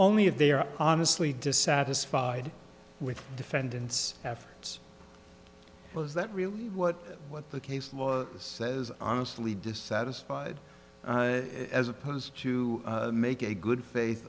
only if they are honestly dissatisfied with defendant's efforts was that really what what the case law says honestly dissatisfied as opposed to make a good faith